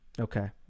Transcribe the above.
Okay